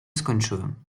skończyłem